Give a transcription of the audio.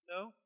No